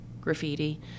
graffiti